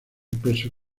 peso